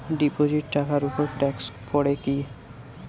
Deposit টাকার উপর tax পড়ে কি?